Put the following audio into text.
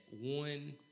one